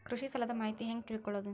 ಕೃಷಿ ಸಾಲದ ಮಾಹಿತಿ ಹೆಂಗ್ ತಿಳ್ಕೊಳ್ಳೋದು?